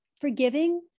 forgiving